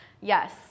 Yes